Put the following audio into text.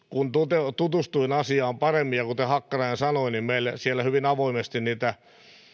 kun tutustuin asiaan paremmin koska kuten hakkarainen sanoi meille siellä hyvin avoimesti niitä